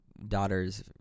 Daughters